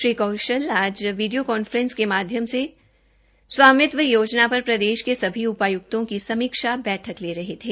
श्री कौशल ने आज video conferencing के माध्यम से स्वामित्व योजना पर प्रदेश के सभी उपायक्तों की समीक्षा बैठक ली